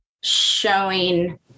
showing